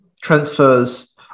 transfers